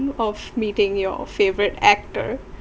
of meeting your favourite actor